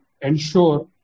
ensure